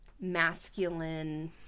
masculine